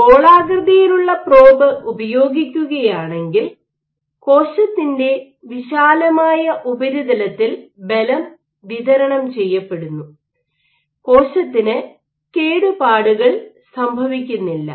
ഗോളാകൃതിയിലുള്ള പ്രോബ് ഉപയോഗിക്കുകയാണെങ്കിൽ കോശത്തിൻറെ വിശാലമായ ഉപരിതലത്തിൽ ബലം വിതരണം ചെയ്യപ്പെടുന്നു കോശത്തിന്കേടുപാടുകൾ സംഭവിക്കുന്നില്ല